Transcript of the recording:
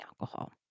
alcohol